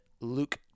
Luke